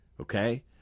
Okay